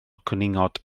cwningod